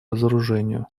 разоружению